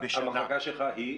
המחלקה שלך היא?